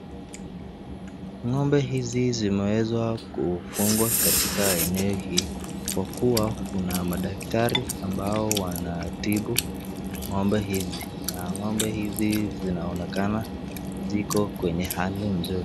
Ngombe hizi zimeweswa kufungwa katika eno hii kwa kuwa kuna madaktari ambao wanatibu ngome hizi, na ngombe hizi zinaonekana ziko kwenye hali nzuri.